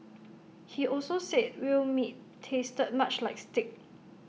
he also said whale meat tasted much like steak